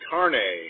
Carne